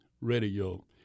radio